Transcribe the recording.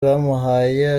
bamuhaye